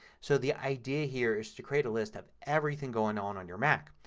so the idea here is to create a list of everything going on on your mac.